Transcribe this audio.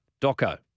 Doco